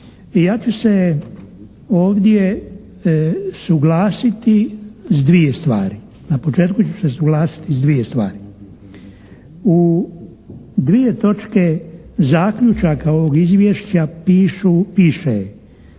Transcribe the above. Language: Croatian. ja ću se ovdje suglasiti s dvije stvari. Na početku ću se suglasiti s dvije stvari. U dvije točke zaključaka ovog izvješća pišu,